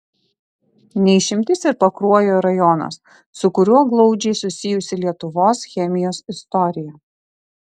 ne išimtis ir pakruojo rajonas su kuriuo glaudžiai susijusi lietuvos chemijos istorija